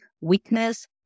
weakness